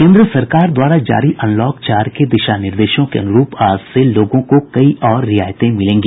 केन्द्र सरकार द्वारा जारी अनलॉक चार के दिशा निर्देशों के अनुरूप आज से लोगों को कई और रियायतें मिलेंगी